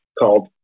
called